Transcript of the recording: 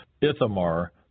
Ithamar